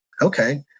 okay